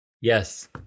Yes